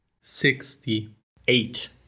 Sixty-eight